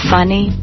Funny